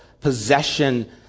possession